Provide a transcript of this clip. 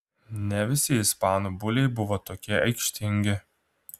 ne visi ispanų buliai buvo tokie aikštingi